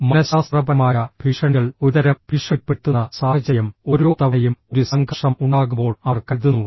മനഃശാസ്ത്രപരമായ ഭീഷണികൾ ഒരുതരം ഭീഷണിപ്പെടുത്തുന്ന സാഹചര്യം ഓരോ തവണയും ഒരു സംഘർഷം ഉണ്ടാകുമ്പോൾ അവർ കരുതുന്നു